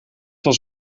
was